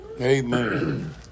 Amen